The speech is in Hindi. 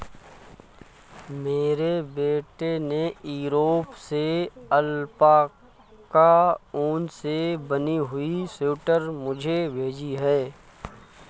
मेरे बेटे ने यूरोप से अल्पाका ऊन से बनी हुई स्वेटर मुझे भेजी है